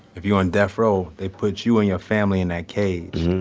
if you on death row, they put you and your family in that cage.